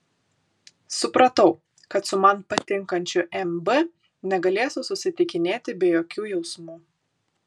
supratau kad su man patinkančiu m b negalėsiu susitikinėti be jokių jausmų